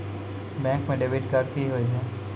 Bank म debit card की होय छै?